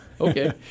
Okay